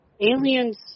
Aliens